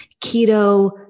keto